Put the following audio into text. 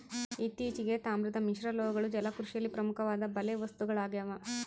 ಇತ್ತೀಚೆಗೆ, ತಾಮ್ರದ ಮಿಶ್ರಲೋಹಗಳು ಜಲಕೃಷಿಯಲ್ಲಿ ಪ್ರಮುಖವಾದ ಬಲೆ ವಸ್ತುಗಳಾಗ್ಯವ